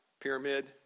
pyramid